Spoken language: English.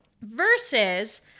versus